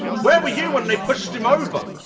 where were you when they pushed him over?